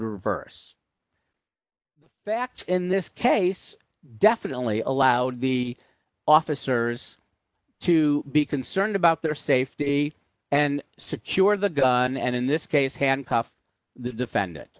reverse the facts in this case definitely allowed the officers to be concerned about their safety and secured the gun and in this case handcuff the defendant